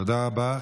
תודה רבה.